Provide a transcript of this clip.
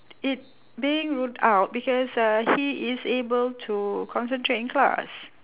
it they ruled out because uh he is able to concentrate in class